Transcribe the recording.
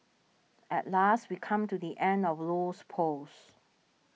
at last we come to the end of Low's post